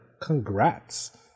congrats